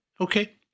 Okay